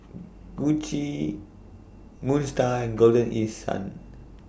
Gucci Moon STAR and Golden East Sun